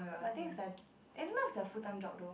but I think is that is not their full time job though